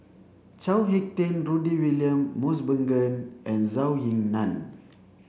Chao Hick Tin Rudy William Mosbergen and Zhou Ying Nan